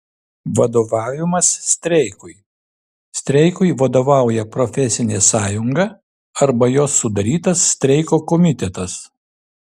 vadovavimas streikui streikui vadovauja profesinė sąjunga arba jos sudarytas streiko komitetas